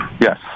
Yes